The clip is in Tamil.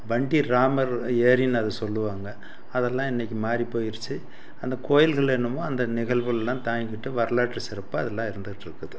வண்டி ராமர் ஏரின்னு அதை சொல்வாங்க அதெல்லாம் இன்னைக்கு மாறி போய்ருச்சு அந்த கோயில்களில் இன்னுமும் அந்த நிகழ்வுகளைலாம் தாங்கிட்டு வரலாற்று சிறப்பாக அதெல்லாம் இருந்துகிட்டுருக்குது